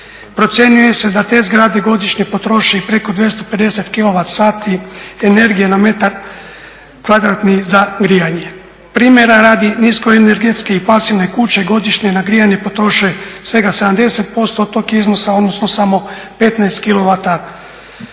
Procjenjuje se da te zgrade godišnje potroše i preko 250 kilovat sati energije na metar kvadratni za grijanje. Primjera rada, nisko energetske i pasivne kuće godišnje na grijanje potroše svega 70% od tog iznosa odnosno samo 15